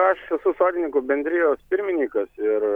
aš esu sodininkų bendrijos pirmininkas ir